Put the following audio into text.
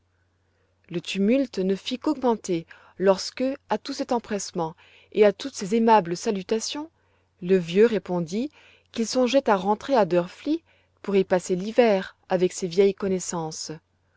le tumulte ne fit qu'augmenter lorsque à tout cet empressement et à toutes ces aimables salutations le vieux répondit qu'il songeait à rentrer à drfli pour y passer l'hiver avec ses vieilles connaissances